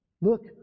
look